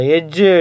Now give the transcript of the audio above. Edge